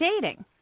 dating